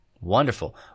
wonderful